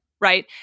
right